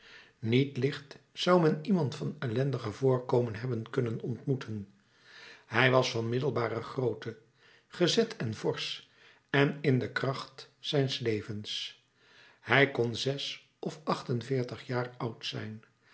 niet licht zou men iemand van ellendiger voorkomen hebben kunnen ontmoeten hij was van middelbare grootte gezet en forsch en in de kracht zijns levens hij kon zes of acht-en-veertig jaar oud zijn